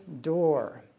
door